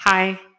Hi